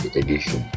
edition